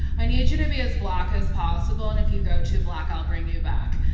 i need you to be as black as possible. and if you go too black, i'll bring you back.